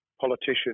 politician